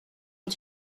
ont